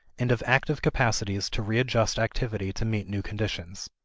and of active capacities to readjust activity to meet new conditions.